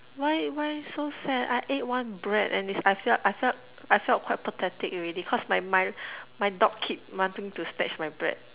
why why so sad I ate one bread and it's I felt I felt I felt quite pathetic already cause my my dog kept wanting to snatch my bread